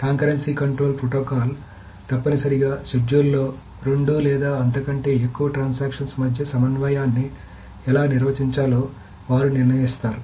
concurrency control protocol లు తప్పనిసరిగా schedule లో రెండు లేదా అంతకంటే ఎక్కువ ట్రాన్సక్షన్స్ మధ్య సమన్వయాన్ని ఎలా నిర్వహించాలో వారు నిర్ణయిస్తారు